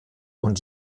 und